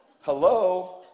Hello